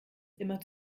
immer